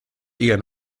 eher